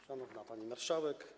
Szanowna Pani Marszałek!